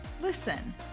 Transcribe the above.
listen